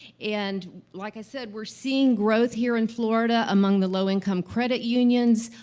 and like i said, we're seeing growth here in florida among the low-income credit unions,